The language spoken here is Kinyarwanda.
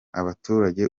abaturage